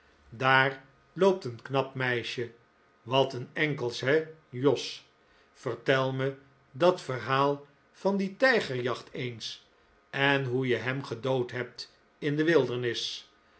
daar loopt een knap meisje wat een enkels he jos vertel me dat verhaal van die tijgerjacht eens en hoe je hem gedood hebt in de wildernis